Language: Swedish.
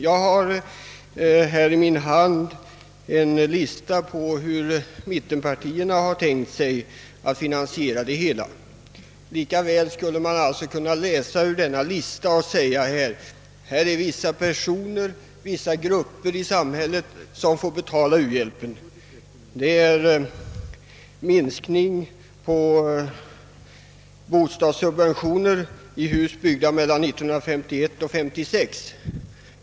Jag har i min hand en lista på de förslag för finansiering av en ökning av u-hjälpen, som mittenpartierna lagt fram. Man kan ta exempel ur den listan och säga, att det är vissa grupper i samhället som får betala ökningen av uhjälpen. Mittenpartierna föreslår t.ex. en minskning av bostadssubventionerna för hus byggda mellan 1951 och 1956.